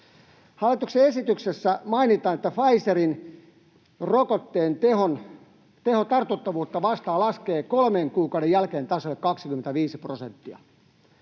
Hallituksen esityksessä mainitaan, että Pfizerin rokotteen teho tartuttavuutta vastaan laskee kolmen kuukauden jälkeen tasolle 25 prosenttia.